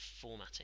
formatting